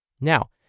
Now